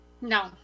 No